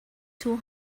two